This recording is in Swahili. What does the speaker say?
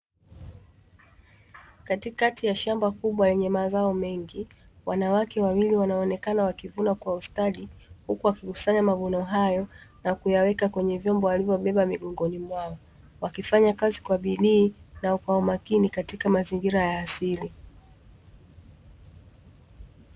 Katikati ya shamba kubwa lenye mazao mengi, wanawake wawili wanaonekana wakivuna kwa ustadi, huku wakikusanya mavuno hayo, na kuyaweka kwenye vyombo walivyovibeba migongoni mwao. Wakifanya kazi kwa bidii na kwa umakini katika mazingira ya asili.